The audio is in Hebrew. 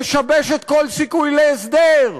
משבשת כל סיכוי להסדר,